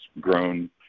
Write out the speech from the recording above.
grown